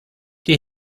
die